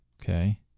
Okay